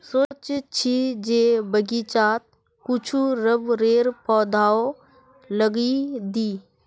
सोच छि जे बगीचात कुछू रबरेर पौधाओ लगइ दी